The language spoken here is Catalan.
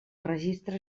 registre